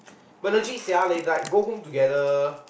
but legit sia they like go home together